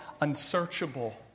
unsearchable